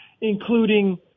including